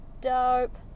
dope